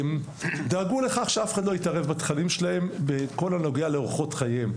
דאגו לכך שאף אחד לא יתערב בתכנים שלהם בכל הנוגע לאורחות חייהם,